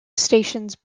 stations